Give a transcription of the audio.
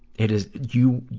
it is you,